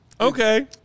Okay